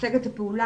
אסטרטגיות הפעולה,